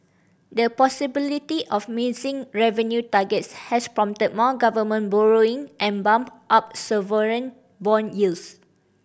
the possibility of missing revenue targets has prompted more government borrowing and bumped up sovereign bond yields